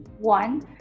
one